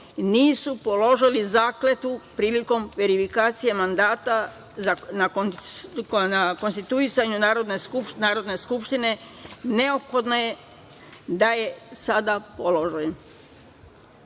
nisu položili zakletvu prilikom verifikacije mandata na konstituisanju Narodne skupštine, neophodno je da je sada